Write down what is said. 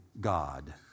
God